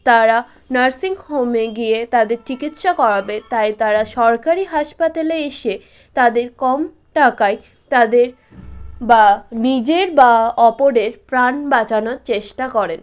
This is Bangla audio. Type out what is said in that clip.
তারা নার্সিংহোমে গিয়ে তাদের চিকিৎসা করাবে তাই তারা সরকারি হাসপাতালে এসে তাদের কম টাকায় তাদের বা নিজের বা অপরের প্রাণ বাঁচানোর চেষ্টা করেন